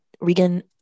Regan